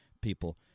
people